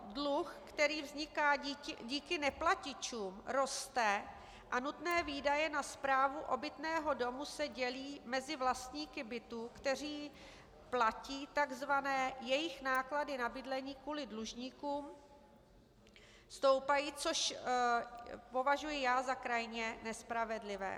Dluh, který vzniká díky neplatičům, roste a nutné výdaje na správu obytného domu se dělí mezi vlastníky bytů, kteří platí a jejichž náklady na bydlení kvůli dlužníkům stoupají, což považuji za krajně nespravedlivé.